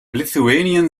lithuanian